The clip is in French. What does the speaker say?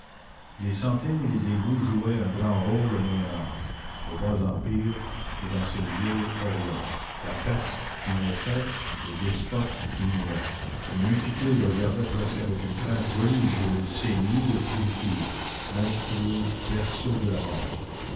les sentines et les égouts jouaient un grand rôle au moyen-âge au bas-empire et dans ce vieil orient la peste y naissait les despotes y mouraient les multitudes regardaient presque avec une crainte religieuse ces lits de pourriture monstrueux berceaux de la mort